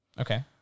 Okay